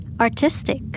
Artistic